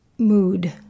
mood